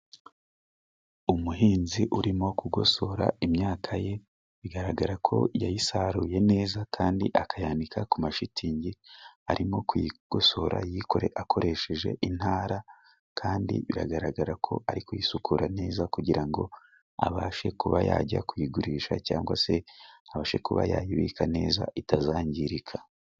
Umuhinzi urimo kugosora imyaka ye bigaragarako yayisaruye neza kandi akayandika ku mashitingi, arimo kuyigosora yikore akoresheje intara kandi biragaragarako ari kuyisukura neza kugira ngo abashe kuba yajya kuyigurisha, cyangwa se abashe kuba yayibika neza itazangirika.